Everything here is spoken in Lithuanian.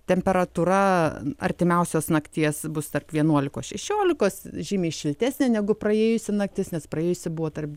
temperatūra artimiausios nakties bus tarp vienuolikos šešiolikos žymiai šiltesnė negu praėjusi naktis nes praėjusi buvo tarp